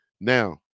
now